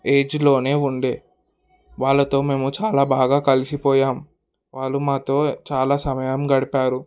ఏజ్లోనే ఉండే వాళ్ళతో మేము చాలా బాగా కలిసిపోయాం వాళ్ళు మాతో చాలా సమయం గడిపారు